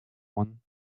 one